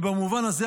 ובמובן הזה,